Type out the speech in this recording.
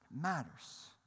Matters